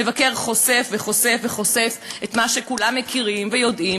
המבקר חושף וחושף וחושף את מה שכולם מכירים ויודעים,